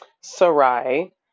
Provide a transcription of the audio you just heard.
Sarai